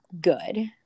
good